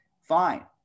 fine